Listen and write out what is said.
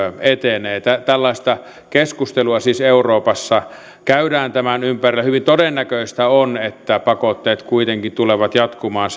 etenee tällaista keskustelua siis euroopassa käydään tämän ympärillä hyvin todennäköistä on että pakotteet kuitenkin tulevat jatkumaan